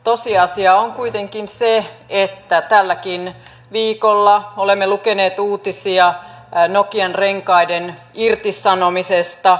tosiasia on kuitenkin se että tälläkin viikolla olemme lukeneet uutisia nokian renkaiden irtisanomisesta